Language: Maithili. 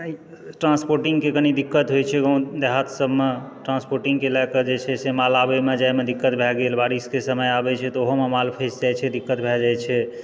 ट्रान्सपोर्टिंगके कनि दिक्कत होइत छै गाँव देहात सभमे ट्रान्सपोर्टिंगके लए कऽ जे छै से माल आबैमे जायमे दिक्कत भए गेल बारिशके समय आबै छै तऽ ओहोमे माल फँसि जाइत छै दिक्कत भए जाइत छै